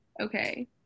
okay